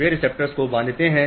वे receptors को बांधते हैं